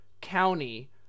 county